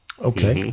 okay